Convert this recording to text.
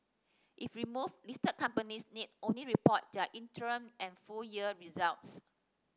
if removed listed companies need only report their interim and full year results